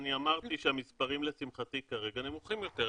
אני אמרתי שהמספרים לשמחתי כרגע נמוכים יותר,